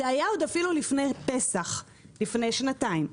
זה היה עוד לפני פסח לפני שנתיים,